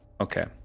Okay